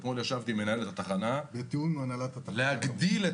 אתמול ישבתי עם מנהל התחנה להגדיל את